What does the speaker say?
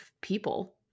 people